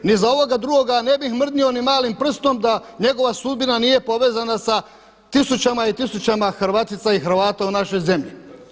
Ni za ovoga drugoga ne bih mrdnuo ni malim prstom da njegova sudbina nije povezana sa tisućama i tisućama Hrvatica i Hrvata u našoj zemlji.